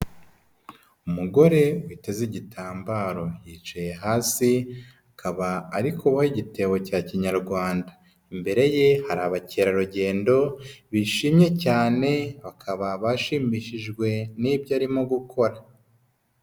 Umugore witeze igitambaro, yicaye hasi akaba ari kuboha igitebo cya kinyarwanda, imbere ye hari abakerarugendo bishimye cyane bakaba bashimishijwe n'ibyo arimo gukora.